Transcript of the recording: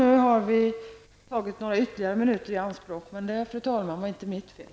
Nu har vi tagit ytterligare några minuter i anspråk. Men det, fru talman, var inte mitt fel.